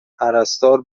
پرستار